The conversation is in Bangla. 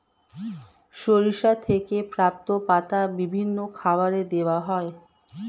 সরিষা থেকে প্রাপ্ত পাতা বিভিন্ন খাবারে দেওয়া হয়